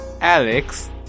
Alex